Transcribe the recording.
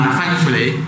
thankfully